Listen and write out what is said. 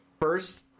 first